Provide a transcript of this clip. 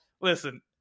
listen